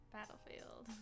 battlefield